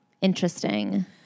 Interesting